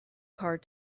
card